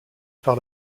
par